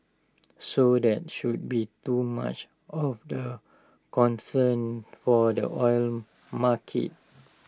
so that should be too much of A concern for the oil market